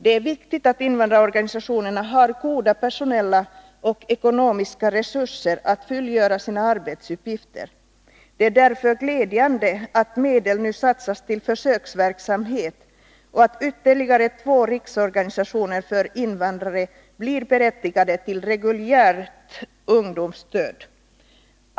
Det är nödvändigt att invandrarorganisationerna har goda personella och ekonomiska resurser för att kunna fullgöra sina arbetsuppgifter. Det är därför glädjande att medel nu satsas på försöksverksamhet och att ytterligare två riksorganisationer för invandrare blir berättigade till reguljärt ungdomsstöd.